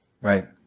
right